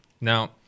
Now